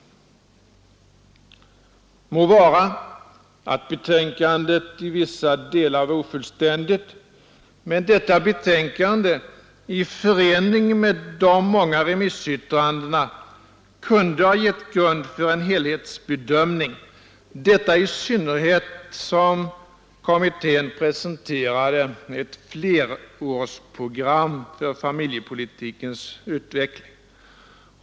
Det må vara att betänkandet i vissa delar var ofullständigt, men detta betänkande i förening med de många remissyttrandena kunde ha utgjort grund för en helhetsbedömning, i synnerhet som kommittén presenterade ett flerårsprogram för familjepolitikens utveckling.